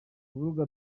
urubuga